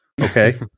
okay